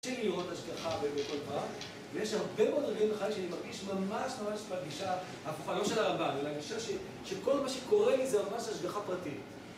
קשה לי לראות השגחה בכל פרט, ויש הרבה מאוד דברים בחיי שאני מרגיש ממש ממש בהגישה ההפוכה, לא של הרמב״ם, אלא הגישה שכל מה שקורה לי זה ממש השגחה פרטית.